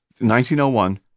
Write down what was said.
1901